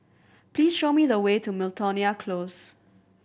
please show me the way to Miltonia Close